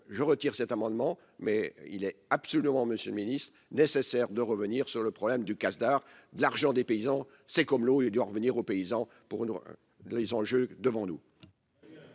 je retire cet amendement mais il est absolument monsieur le Ministre nécessaire de revenir sur le problème du CASDAR de l'argent, des paysans, c'est comme l'eau et du revenir au paysan pour nous hein les enjeux devant nous.